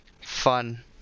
fun